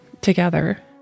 together